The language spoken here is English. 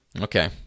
okay